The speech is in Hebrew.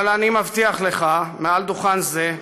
אבל אני מבטיח לך מעל דוכן זה,